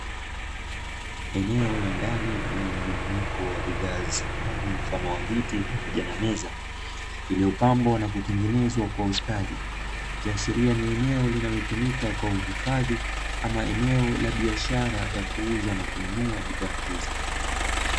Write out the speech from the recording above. Eneo la ndani lenye mjumuiko wa bidhaa za samani mfano wa viti pamoja na meza, iliyopambwa na kutengenezwa kwa ustadi. Ikiashiria ni eneo linalotumika kwa uhifadhi ama eneo la biashara ya kuuza na kununua bidhaa hizo.